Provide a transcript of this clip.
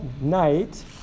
Night